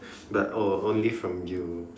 but oh only from you